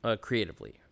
creatively